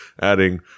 Adding